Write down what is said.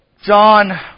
John